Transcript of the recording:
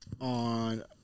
on